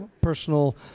personal